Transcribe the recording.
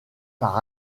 par